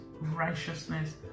righteousness